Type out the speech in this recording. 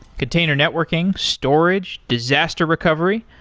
container networking, storage, disaster recovery,